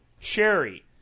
cherry